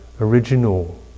original